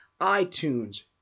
iTunes